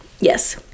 Yes